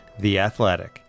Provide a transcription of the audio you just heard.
theathletic